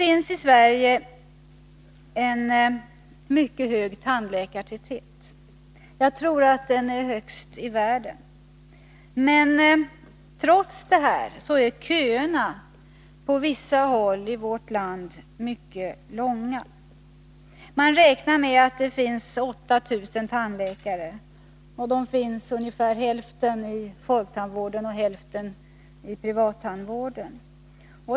I Sverige finns en mycket hög tandläkartäthet. Jag tror att den är högst i världen. Trots detta är köerna på vissa håll i vårt land mycket långa. Man räknar med att det finns 8 000 tandläkare, och av dem finns ungefär hälften i folktandvården och hälften i privat tandvård.